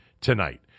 tonight